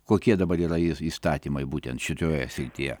kokie dabar yra įs įstatymai būtent šitoje srityje